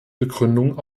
begründung